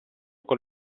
con